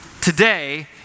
today